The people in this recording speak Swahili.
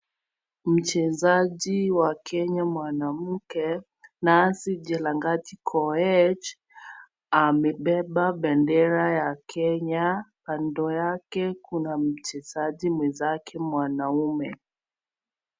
Mchezaji wa Kenya mwanamke, Nancy Jelangat Koech. Amebeba bendera ya Kenya. Kando yake, kuna mchezaji mwenzake mwanaume.